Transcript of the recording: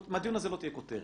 מהדיון הזה לא תהיה כותרת.